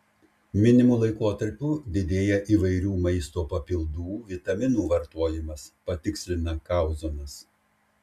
minimu laikotarpiu didėja įvairių maisto papildų vitaminų vartojimas patikslina kauzonas